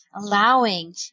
allowing